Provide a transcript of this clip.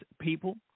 people